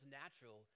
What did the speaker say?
natural